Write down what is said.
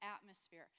atmosphere